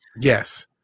Yes